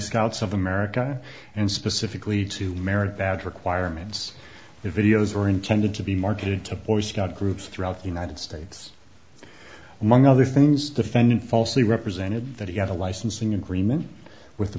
scouts of america and specifically to merit badge requirements the videos are intended to be marketed to boy scout groups throughout the united states among other things defending falsely represented that he had a licensing agreement with the